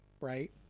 right